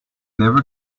never